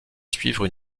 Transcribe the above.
suivre